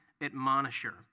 admonisher